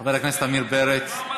חבר הכנסת עמיר פרץ,